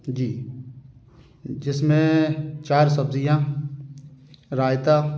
जी जिस में चार सब्ज़ियाँ रायता